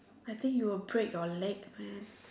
I think you will break your legs man